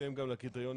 בהתאם לקריטריונים